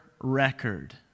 record